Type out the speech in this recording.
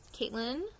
Caitlin